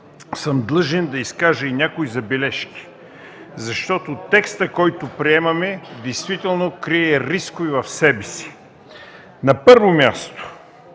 съм длъжен да изкажа и някои забележки, защото текстът, който приемаме, действително крие рискове в себе си. На първо място,